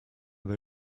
they